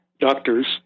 doctors